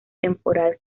temporal